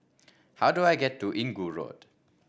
how do I get to Inggu Road